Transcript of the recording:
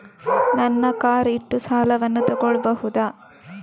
ನನ್ನ ಕಾರ್ ಇಟ್ಟು ಸಾಲವನ್ನು ತಗೋಳ್ಬಹುದಾ?